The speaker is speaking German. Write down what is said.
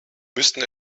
müssten